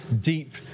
deep